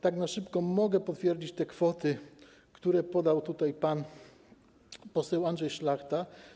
Tak na szybko mogę potwierdzić te kwoty, które podał pan poseł Andrzej Szlachta.